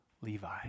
Levi